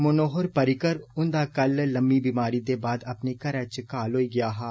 मनोहर पर्रिकर हुन्दा कल लम्मी बिमारी दे बाद अपने घरै च काल होई गेआ हा